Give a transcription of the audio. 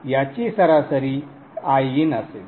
तर याची सरासरी Iin असेल